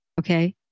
Okay